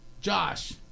Josh